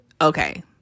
Okay